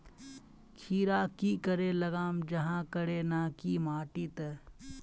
खीरा की करे लगाम जाहाँ करे ना की माटी त?